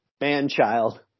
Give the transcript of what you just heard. man-child